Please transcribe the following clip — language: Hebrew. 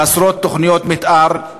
ומהערים במגזר הערבי חסרות תוכניות מתאר,